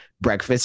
breakfast